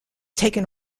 taken